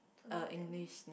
don't know what that means